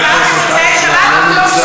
מוצאי-שבת.